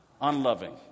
Unloving